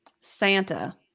Santa